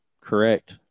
correct